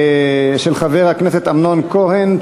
כהן.